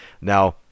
Now